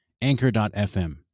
Anchor.fm